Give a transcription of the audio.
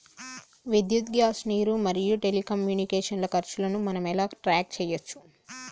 విద్యుత్ గ్యాస్ నీరు మరియు టెలికమ్యూనికేషన్ల ఖర్చులను మనం ఎలా ట్రాక్ చేయచ్చు?